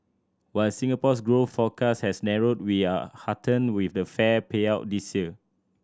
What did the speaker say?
while Singapore's growth forecast has narrowed we are heartened with the fair payout this year